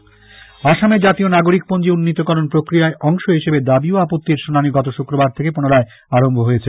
আসাম আসামে জাতীয় নাগরিকপঞ্জী উন্নীতকরণ প্রক্রিয়ায় অংশ হিসেবে দাবী ও আপত্তির শুনানী গত শুক্রবার থেকে পুনরায় আরম্ভ হয়েছে